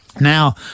Now